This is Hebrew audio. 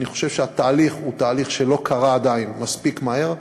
אני חושב שהתהליך הוא תהליך שלא קרה עדיין מספיק מהר,